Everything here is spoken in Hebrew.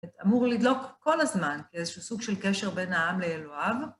אמור לדלוק כל הזמן איזשהו סוג של קשר בין העם לאלוהיו.